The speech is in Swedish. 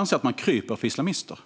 anser att man kryper för islamister.